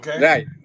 Right